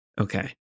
Okay